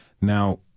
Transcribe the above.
Now